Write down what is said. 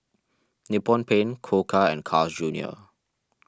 Nippon Paint Koka and Carl's Junior